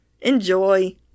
Enjoy